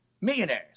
millionaires